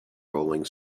rolling